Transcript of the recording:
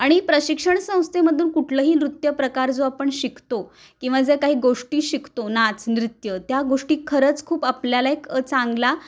आणि प्रशिक्षण संस्थेमधून कुठलंही नृत्य प्रकार जो आपण शिकतो किंवा ज्या काही गोष्टी शिकतो नाच नृत्य त्या गोष्टी खरंच खूप आपल्याला एक चांगला